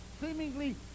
seemingly